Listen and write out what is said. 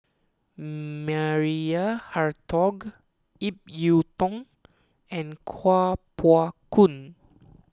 Maria Hertogh Ip Yiu Tung and Kuo Pao Kun